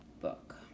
book